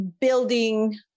building